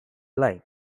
line